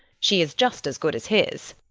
she is just as good as his.